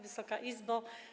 Wysoka Izbo!